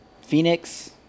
Phoenix